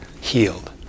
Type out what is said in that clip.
healed